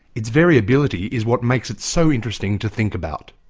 its variability is what makes it so interesting to think about.